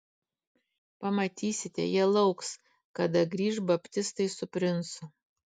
pamatysite jie lauks kada grįš baptistai su princu